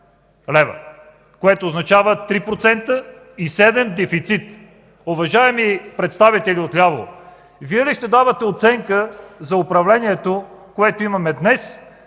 лв., което означава 3,7% дефицит. Уважаеми представители от ляво, Вие ли ще давате оценка за управлението, което имаме днес